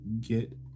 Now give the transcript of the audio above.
Get